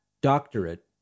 doctorate